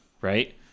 right